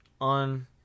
on